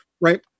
Right